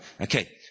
Okay